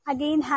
Again